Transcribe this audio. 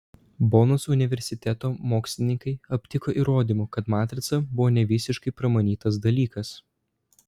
bonos universiteto mokslininkai aptiko įrodymų kad matrica buvo ne visiškai pramanytas dalykas